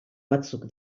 batzuk